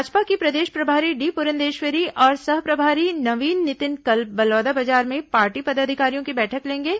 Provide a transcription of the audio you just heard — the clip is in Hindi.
भाजपा की प्रदेश प्रभारी डी पुरंदेश्वरी और सह प्रभारी नवीन नितिन कल बलौदाबाजार में पार्टी पदाधिकारियों की बैठक लेंगे